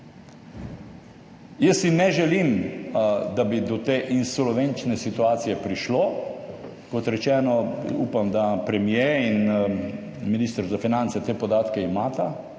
Jaz si ne želim, da bi do te insolvenčne situacije prišlo. Kot rečeno, upam, da premier in minister za finance te podatke imata